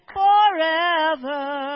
forever